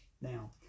Now